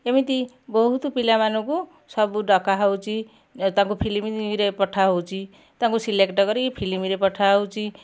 ଏମିତି ବହୁତ ପିଲାମାନଙ୍କୁ ସବୁ ଡକାହଉଛି ତାଙ୍କୁ ଫିଲ୍ମରେ ପଠାହଉଛି ତାଙ୍କୁ ସିଲେକ୍ଟ କରିକି ଫିଲ୍ମରେ ପଠାହଉଛି